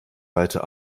weiter